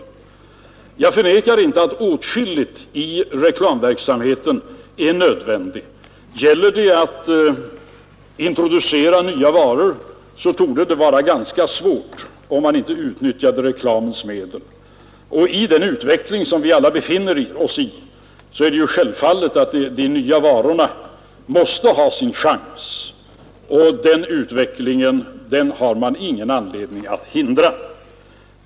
Jag förnekar inte att åtskilligt i reklamverksamheten är nödvändigt. Att introducera nya varor torde vara ganska svårt om man inte utnyttjar reklamens medel. Och i den utveckling som vi befinner oss i är det självfallet att de nya varorna måste ha sin chans. Den utvecklingen har man ingen anledning att hindra.